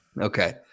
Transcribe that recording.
Okay